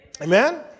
Amen